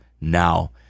now